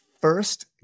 first